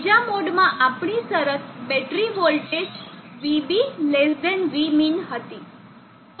બીજા મોડમાં આપણી શરત બેટરી વોલ્ટેજ VB Vmin હતી